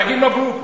תגיד מברוכ.